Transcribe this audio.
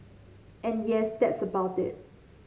and yes that's about it